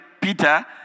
Peter